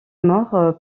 mort